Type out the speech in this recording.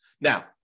Now